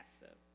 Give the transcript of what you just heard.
passive